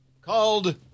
called